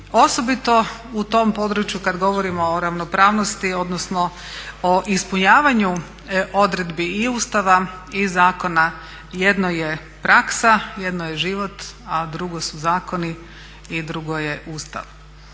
osobito u tom području kad govorimo o ravnopravnosti odnosno o ispunjavanju odredbi i Ustava i zakona. Jedno je praksa, jedno je život, a drugo su zakoni i drugo je Ustav.